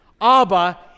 Abba